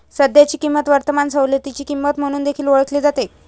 सध्याची किंमत वर्तमान सवलतीची किंमत म्हणून देखील ओळखली जाते